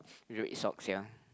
red socks ya